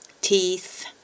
teeth